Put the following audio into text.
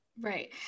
right